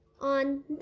on